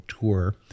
tour